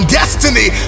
destiny